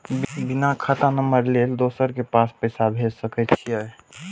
बिना खाता नंबर लेल दोसर के पास पैसा भेज सके छीए?